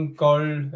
called